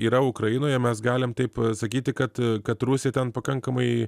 yra ukrainoje mes galim taip sakyti kad kad rusija ten pakankamai